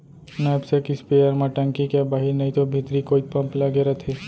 knapsack sprayer म टंकी के बाहिर नइतो भीतरी कोइत पम्प लगे रथे